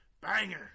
Banger